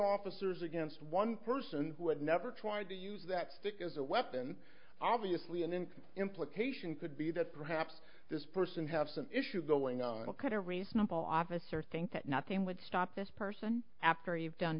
officers against one person who had never tried to use that stick as a weapon obviously and then implication could be that perhaps this person have some issues going on at a reasonable officer think that nothing would stop this person after you've done